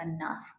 enough